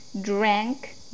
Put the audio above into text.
drank